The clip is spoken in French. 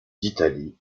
d’italie